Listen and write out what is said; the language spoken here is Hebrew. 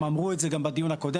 הם אמרו את זה גם בדיון הקודם,